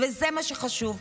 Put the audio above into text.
זה מה שחשוב.